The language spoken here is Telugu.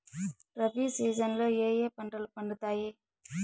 రబి సీజన్ లో ఏ ఏ పంటలు పండుతాయి